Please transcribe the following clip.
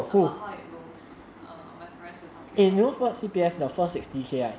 about how it rolls err my parents were talking about it